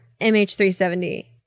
MH370